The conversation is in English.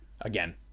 again